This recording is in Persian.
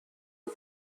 توو